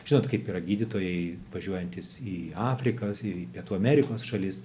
žinot kaip yra gydytojai važiuojantys į afrikąį pietų amerikos šalis